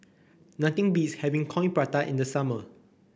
nothing beats having Coin Prata in the summer